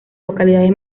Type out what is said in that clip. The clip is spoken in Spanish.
localidades